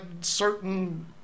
certain